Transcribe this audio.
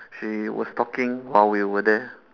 she was talking while we were there